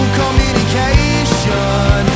communication